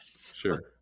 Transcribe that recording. Sure